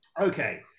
Okay